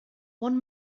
one